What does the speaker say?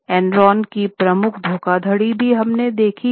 Enron की प्रमुख धोखाधड़ी भी हमने देखि है